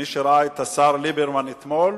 מי שראה את השר ליברמן אתמול